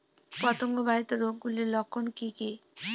পতঙ্গ বাহিত রোগ গুলির লক্ষণ কি কি?